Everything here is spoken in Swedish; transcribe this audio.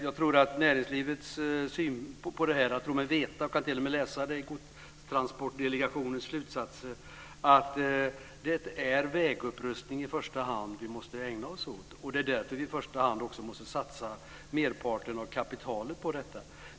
Jag tror mig veta, och jag kan t.o.m. läsa det i Godstransportdelegationens slutsatser, att det är vägupprustning vi i första hand måste ägna oss åt. Det är därför vi i första hand också måste satsa merparten av kapitalet på detta.